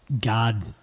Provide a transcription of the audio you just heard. God